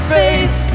faith